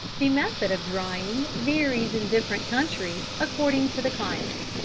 the method of drying varies in different countries according to the climate.